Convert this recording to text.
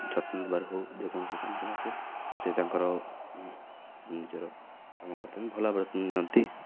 ଯତ୍ନ ନବାର ହଉ ଯେକୌଣସି କାମରେ ମଧ୍ୟ ସେ ତାଙ୍କର ନିଜର କାମ କରିଥାନ୍ତି ଭଲ ଯତ୍ନ ନିଅନ୍ତି